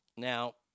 Now